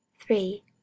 three